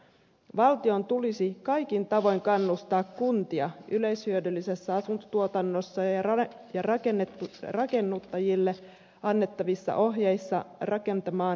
valtion tulisi kaikin tavoin kannustaa kuntia yleishyödyllisessä asuntotuotannossa ja rakennuttajille annettavissa ohjeissa rakentamaan matalaenergiataloja